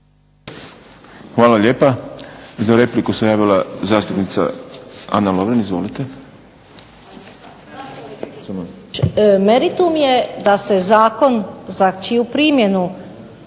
Hvala lijepa. Za repliku se javila zastupnica Ana Lovrin, izvolite.